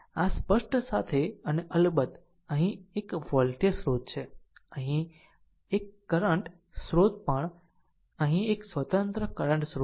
આ સ્પષ્ટ સાથે અને અલબત્ત અહીં એક વોલ્ટેજ સ્રોત છે અને અહીં 1 કરંટ સ્રોત પણ અહીં એક સ્વતંત્ર કરંટ સ્રોત છે